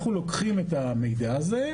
אנחנו לוקחים את המידע הזה,